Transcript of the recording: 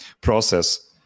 process